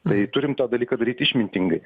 tai turim tą dalyką daryt išmintingai